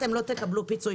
אתם לא תקבלו פיצוי.